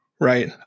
Right